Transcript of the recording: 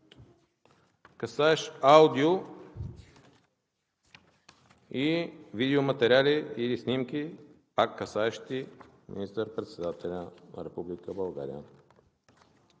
касаещ аудио- и видеоматериали или снимки, пак касаещи министър-председателя на